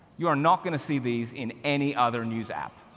you're not going to see these in any other news app.